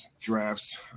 drafts